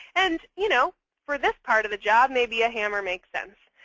and you know for this part of the job, maybe a hammer makes sense.